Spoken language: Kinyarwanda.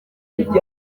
ijana